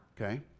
Okay